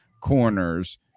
corners